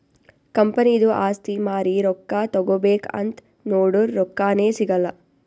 ಕಂಪನಿದು ಆಸ್ತಿ ಮಾರಿ ರೊಕ್ಕಾ ತಗೋಬೇಕ್ ಅಂತ್ ನೊಡುರ್ ರೊಕ್ಕಾನೇ ಸಿಗಲ್ಲ